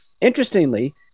Interestingly